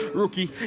Rookie